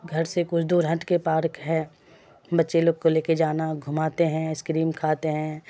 گھر سے کچھ دور ہٹ کے پارک ہے بچے لوگ کو لے کے جانا گھماتے ہیں ایس کریم کھاتے ہیں